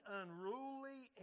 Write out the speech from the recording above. unruly